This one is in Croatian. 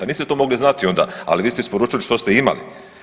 Niste to mogli znati onda, ali vi ste isporučili što ste imali.